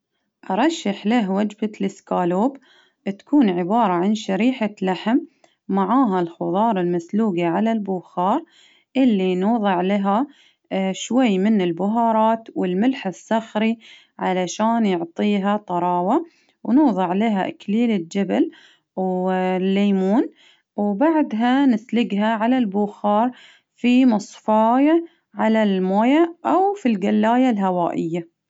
أرشح له وجبة الإسكالوب تكون عبارة عن شريحة لحم معاها الخضار المسلوقة على البخار اللي نوضع لها شوي من البهارات، والملح الصخري علشان يعطيها طراوة، ونوضع لها إكليل الجبل، واليمون، وبعدها نسلجها علي البخار في مصفاية علي الموية، أو في جلاية هوائية.